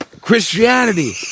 Christianity